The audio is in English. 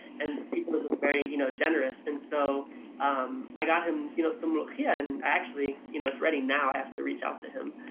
and people are just very you know generous. and so um i got him you know some molokhia, and actually you know it's ready now, i have to reach out to him.